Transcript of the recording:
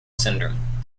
syndrome